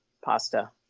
Pasta